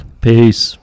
Peace